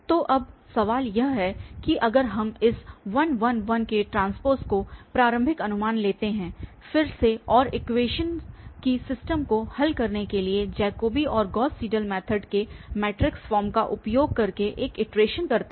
तो अब सवाल यह है कि अगर हम इस 1 1 1T को प्रारम्भिक अनुमान लेते हैं फिर से और इक्वेशनस की सिस्टम को हल करने के लिए जैकोबी और गॉस सीडल मैथड के मैट्रिक्स फॉर्म का उपयोग करके एक इटरेशन करते हैं